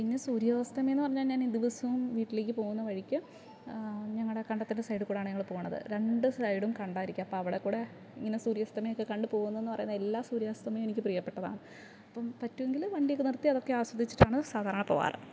പിന്നെ സൂര്യാസ്തമയം എന്ന് പറഞ്ഞ് കഴിഞ്ഞാൽ ദിവസം വീട്ടിലേക്ക് പോകുന്ന വഴിക്ക് ഞങ്ങളുടെ കണ്ടത്തിൻ്റെ സൈഡിൽ കൂടിയാണ് ഞങ്ങൾ പോകുന്നത് രണ്ട് സൈഡും കണ്ടമായിരിക്കും അപ്പോൾ അവിടെ കൂടെ ഇങ്ങനെ സൂര്യാസ്തമയമൊക്കെ കണ്ട് പോകുന്നതെന്ന് പറഞ്ഞാൽ എല്ലാ സൂര്യാസ്തമയവും എനിക്ക് പ്രിയപ്പെട്ടതാണ് അപ്പം പറ്റുമെങ്കില് വണ്ടിയൊക്കെ നിർത്തി അതൊക്കെ ആസ്വദിച്ചിട്ടാണ് സാധാരണ പോകാറ്